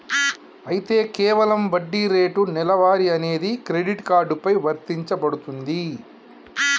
అయితే కేవలం వడ్డీ రేటు నెలవారీ అనేది క్రెడిట్ కార్డు పై వర్తించబడుతుంది